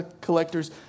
collectors